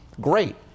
Great